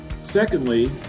Secondly